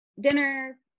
dinner